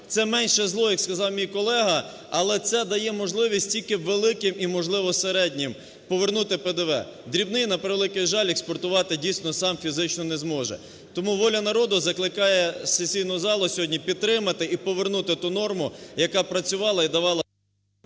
це менше зло, як сказав мій колега. Але це дає можливість тільки великим і можливо, середнім повернути ПДВ. Дрібний, на превеликий жаль, експортувати дійсно сам фізично не зможе. Тому "Воля народу" закликає сесійну залу сьогодні підтримати і повернути ту норму, яка працювала і давала…